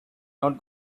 not